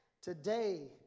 Today